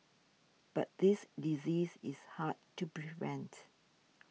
but this disease is hard to prevent